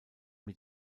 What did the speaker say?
mit